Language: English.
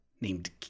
named